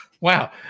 Wow